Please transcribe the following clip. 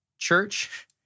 Church